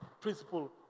Principle